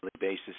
basis